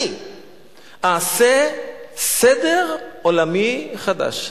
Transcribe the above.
אני אעשה סדר עולמי חדש.